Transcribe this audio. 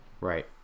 right